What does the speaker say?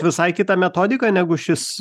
visai kitą metodiką negu šis